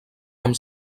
amb